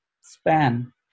span